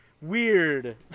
weird